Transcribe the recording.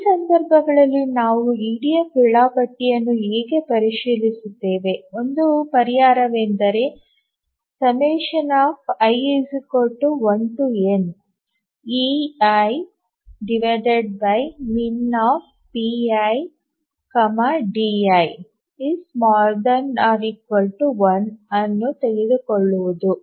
ಈ ಸಂದರ್ಭಗಳಲ್ಲಿ ನಾವು ಇಡಿಎಫ್ ವೇಳಾಪಟ್ಟಿಯನ್ನು ಹೇಗೆ ಪರಿಶೀಲಿಸುತ್ತೇವೆ ಒಂದು ಪರಿಹಾರವೆಂದರೆ i1neiminpidi1 ಅನ್ನು ತೆಗೆದುಕೊಳ್ಳುವುದು